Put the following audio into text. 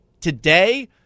today